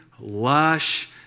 lush